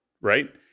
right